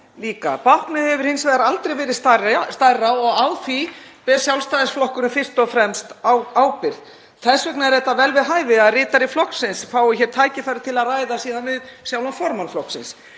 líka. Báknið hefur hins vegar aldrei verið stærra og á því ber Sjálfstæðisflokkurinn fyrst og fremst ábyrgð. Þess vegna er vel við hæfi að ritari flokksins fái hér tækifæri til að ræða við sjálfan formann flokksins.